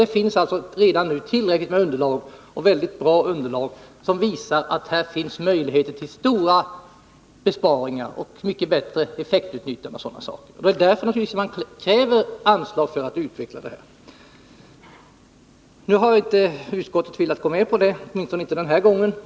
Det finns alltså redan nu tillräckligt med underlag — och mycket bra underlag — som visar att här finns möjligheter till stora besparingar, mycket bättre effektutnyttjande osv. Nu har inte utskottet velat gå med på vårt krav — åtminstone inte den här gången.